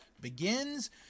begins